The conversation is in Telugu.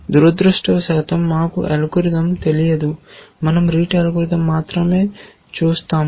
దురదృష్టవశాత్తు మాకు అల్గోరిథం తెలియదు మనం RETE అల్గోరిథం మాత్రమే చూస్తాము